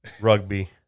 rugby